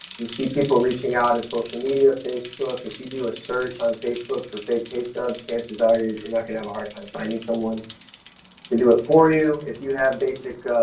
you see people reaching out in social media, facebook. if you do a search on facebook for fake pay stubs, chances are you're not gonna have a hard time finding someone to do it for you. if you have basic, ah,